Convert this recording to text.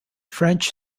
french